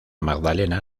magdalena